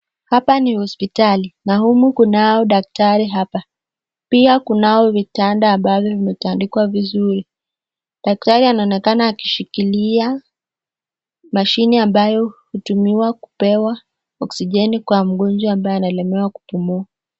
Hapa ni hospitali. Na humu kunao daktari hapa. Pia kunao vitanda vimetandikwa vizuri. Daktari anaonekana akishikilia mashini ambayo hutumiwa kupea oxygen kwenye mgonjwa hawezi kupumua.